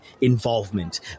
involvement